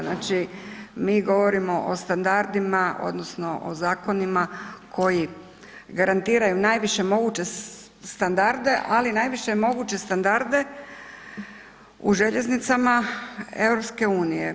Znači, mi govorimo o standardima odnosno o zakonima koji garantiraju najviše moguće standarde, ali najviše moguće standarde u željeznicama EU.